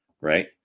right